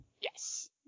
Yes